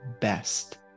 best